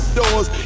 doors